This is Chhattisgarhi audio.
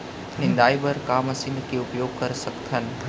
निंदाई बर का मशीन के उपयोग कर सकथन?